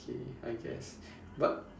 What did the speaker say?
okay I guess but